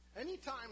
Anytime